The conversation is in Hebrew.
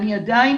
אני עדיין